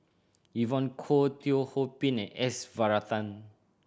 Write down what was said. Evon Kow Teo Ho Pin and S Varathan